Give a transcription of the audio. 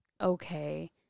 okay